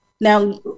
Now